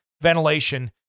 ventilation